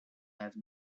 have